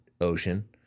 ocean